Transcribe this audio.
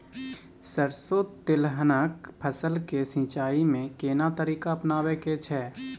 सरसो तेलहनक फसल के सिंचाई में केना तरीका अपनाबे के छै?